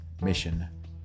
mission